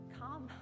come